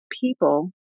people